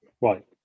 Right